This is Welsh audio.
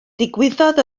digwyddodd